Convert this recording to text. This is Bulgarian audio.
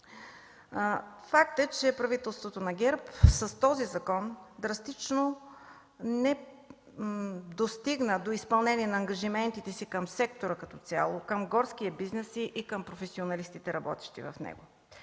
закон правителството на ГЕРБ драстично не достигна до изпълнение на ангажиментите си към сектора като цяло, към горския бизнес и към професионалистите, работещи в него.